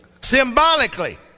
Symbolically